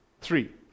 Three